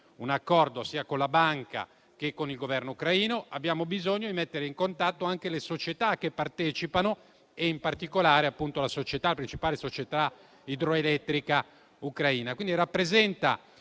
un accordo sia con la banca che con il Governo ucraino, ma anche di mettere in contatto le società che partecipano, in particolare la principale società idroelettrica ucraina. Questo